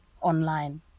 online